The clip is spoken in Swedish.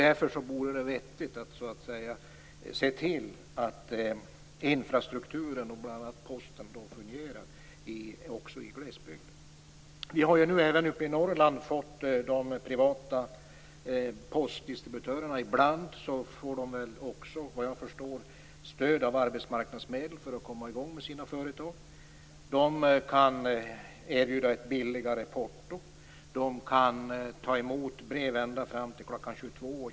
Därför vore det vettigt att se till att infrastrukturen, bl.a. Posten, fungerar också i glesbygden. Vi har nu även i Norrland fått privata postdistributörer. Ibland får de, vad jag förstår, också stöd i form av arbetsmarknadsmedel för att komma igång med sina företag. De kan erbjuda ett billigare porto, de kan ta emot brev ända fram till kl. 22 och kl.